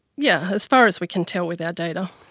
yeah as far as we can tell with our data,